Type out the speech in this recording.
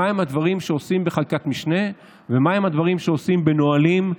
מהם הדברים שעושים בחקיקת משנה ומהם הדברים שעושים בנהלים,